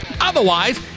Otherwise